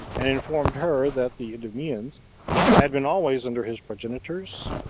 and informed her that the idumeans had been always under his progenitors,